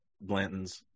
Blanton's